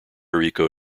rico